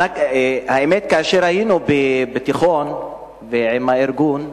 האמת, כאשר היינו בתיכון, עם הארגון,